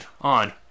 on